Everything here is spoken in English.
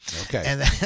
okay